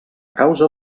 causa